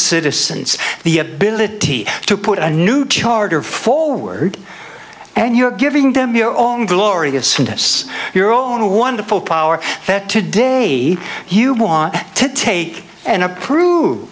citizens the ability to put a new charter forward and you're giving them your own gloriousness your own a wonderful power that today you want to take and approve